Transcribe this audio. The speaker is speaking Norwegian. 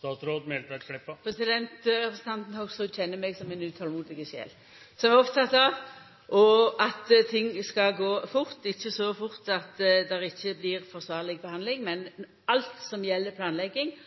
Representanten Hoksrud kjenner meg som ei utolmodig sjel som òg er oppteken av at ting skal gå fort, men ikkje så fort at det ikkje blir forsvarleg behandling. For alt som gjeld planlegging,